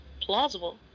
plausible